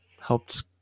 helped